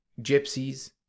gypsies